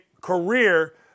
career